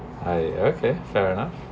I okay fair enough